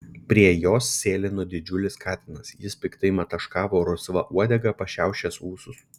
prie jos sėlino didžiulis katinas jis piktai mataškavo rusva uodega pašiaušęs ūsus